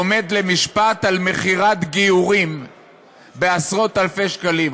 עומד למשפט על מכירת גיורים בעשרות-אלפי שקלים.